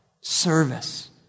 service